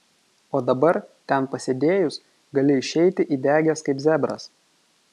o dabar ten pasėdėjus gali išeiti įdegęs kaip zebras